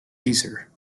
caesar